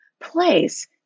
place